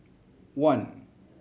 one